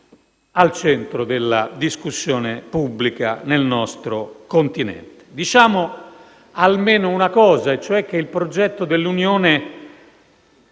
al centro della discussione pubblica nel nostro continente. Diciamo almeno una cosa: il progetto dell'Unione,